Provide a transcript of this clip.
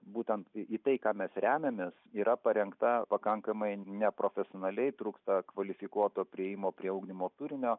būtent į tai ką mes remiamės yra parengta pakankamai neprofesionaliai trūksta kvalifikuoto priėjimo prie ugdymo turinio